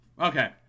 okay